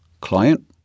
Client